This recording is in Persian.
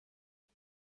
وقت